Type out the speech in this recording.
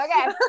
Okay